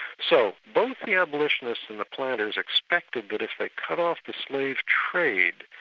so both the abolitionists and the planters expected that if they cut off the slave trade,